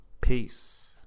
Peace